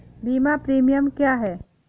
बीमा प्रीमियम क्या है?